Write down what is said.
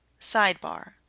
Sidebar